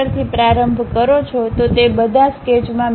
થી પ્રારંભ કરો છો તો તે બધા સ્કેચમાં મી